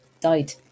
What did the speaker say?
died